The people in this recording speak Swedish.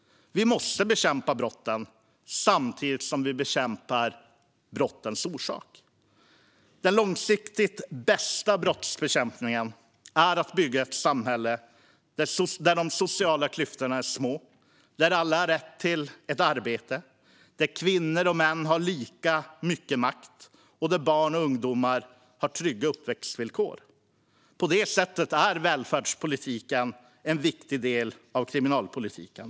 Vi måste bekämpa brotten och samtidigt bekämpa brottens orsaker. Den långsiktigt bästa brottsbekämpningen är att bygga ett samhälle där de sociala klyftorna är små, där alla har rätt till arbete, där kvinnor och män har lika mycket makt och där barn och ungdomar har trygga uppväxtvillkor. På det sättet är välfärdspolitiken en viktig del av kriminalpolitiken.